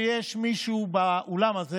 כי אני לא חושב שיש מישהו באולם הזה